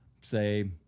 say